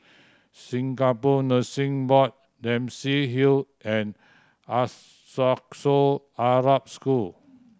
Singapore Nursing Board Dempsey Hill and Arab School